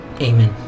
amen